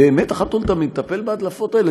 באמת אחת ולתמיד לטפל בהדלפות האלה.